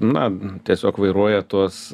na tiesiog vairuoja tuos